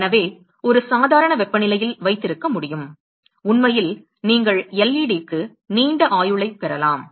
எனவே ஒரு சாதாரண வெப்பநிலையில் வைத்திருக்க முடியும் உண்மையில் நீங்கள் LED க்கு நீண்ட ஆயுளைப் பெறலாம்